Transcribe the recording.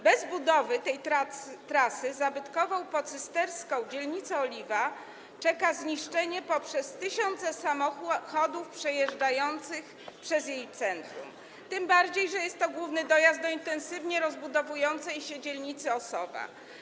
Bez budowy tej trasy zabytkową pocysterską dzielnicę Oliwa czeka zniszczenie przez tysiące samochodów przejeżdżających przez jej centrum, tym bardziej że jest to główny dojazd do intensywnie rozbudowującej się dzielnicy Osowa.